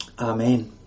Amen